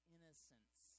Innocence